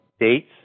dates